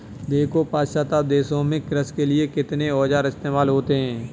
देखो पाश्चात्य देशों में कृषि के लिए कितने औजार इस्तेमाल होते हैं